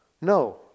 No